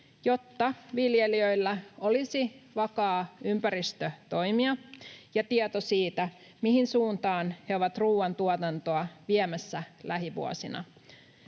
jotta viljelijöillä olisi vakaa ympäristö toimia ja tieto siitä, mihin suuntaan he ovat ruuantuotantoa viemässä lähivuosina.